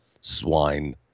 swine